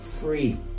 free